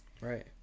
Right